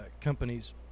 companies